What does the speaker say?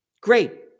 Great